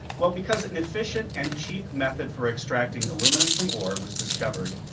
well, because an efficient and cheap method for extracting aluminum from ore was discovered.